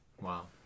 Wow